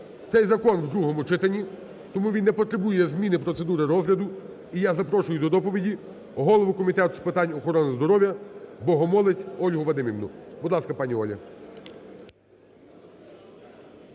Цей закон в другому читанні, тому він не потребує зміни процедури розгляду. І я запрошую до доповіді голову Комітету з питань охорони здоров'я Богомолець Ольгу Вадимівну. Будь ласка, пані Оля.